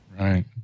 Right